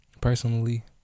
personally